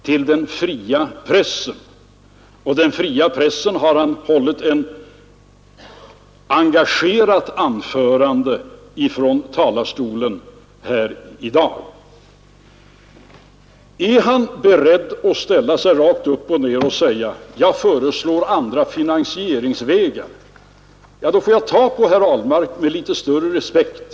Och om den fria pressen har ju herr Ahlmark här hållit ett engagerat anförande från kammarens talarstol i dag. Om herr Ahlmark är beredd att ställa sig upp och säga att han föreslår andra finansieringsvägar — ja, då skall jag se på herr Ahlmark med litet större respekt.